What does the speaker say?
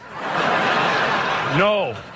No